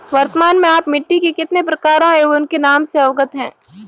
वर्तमान में आप मिट्टी के कितने प्रकारों एवं उनके नाम से अवगत हैं?